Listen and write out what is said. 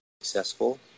Successful